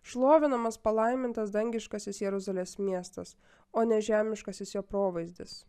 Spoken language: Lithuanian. šlovinamas palaimintas dangiškasis jeruzalės miestas o ne žemiškasis jo provaizdis